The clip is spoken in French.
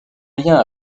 lien